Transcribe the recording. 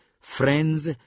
friends